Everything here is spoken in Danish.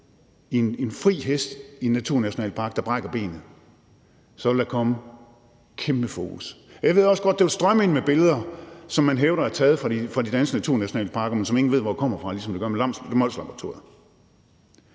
en fri hest i en naturnationalpark, der brækker benet, så vil der komme et kæmpe fokus på det. Jeg ved også godt, at det vil strømme ind med billeder, som man hævder er taget i de danske naturnationalparker, men som ingen ved hvor kommer fra, ligesom det er sket med Molslaboratoriet.